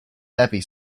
debbie